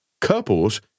couples